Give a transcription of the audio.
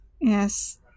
Yes